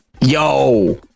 Yo